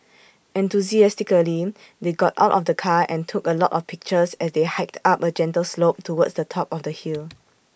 enthusiastically they got out of the car and took A lot of pictures as they hiked up A gentle slope towards the top of the hill